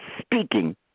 speaking